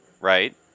right